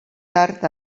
tard